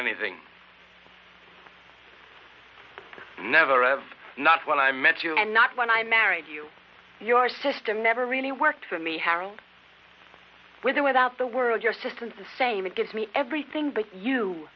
anything never of not when i met you and not when i married you your system never really worked for me harold with or without the world your system is the same it gives me everything but you